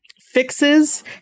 fixes